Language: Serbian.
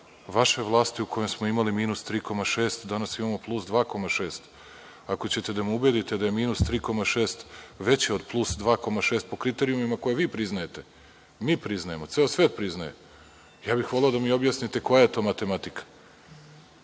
vaše vlasti u kojem smo imali minus 3,6, danas imamo plus 2,6. Ako ćete da me ubedite da je minus 3,6 veće od plus 2,6, po kriterijumima koje vi priznajete, mi priznajemo, ceo svet priznaje, ja bih voleo da mi objasnite koja je to matematika.